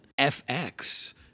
FX